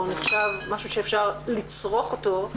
או נחשב משהו שאפשר לצרוך אותו,